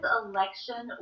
election